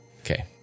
Okay